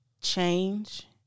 change